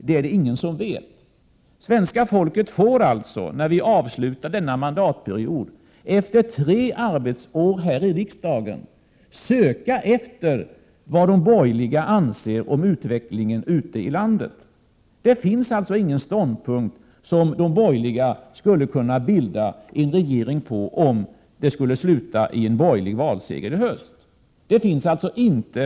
Det är det ingen som vet. När vi avslutar denna mandatperiod, efter tre arbetsår här i riksdagen, får svenska folket alltså söka efter vad de borgerliga anser om utvecklingen ute i landet. Det finns inga ståndpunkter som de borgerliga skulle kunna bilda en regering på, om det skulle sluta i en borgerlig valseger i höst.